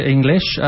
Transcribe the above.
English